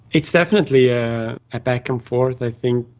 it's definitely a back and forth i think.